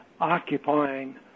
occupying